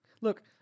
Look